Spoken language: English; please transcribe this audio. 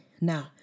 Now